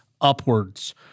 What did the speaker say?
upwards